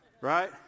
right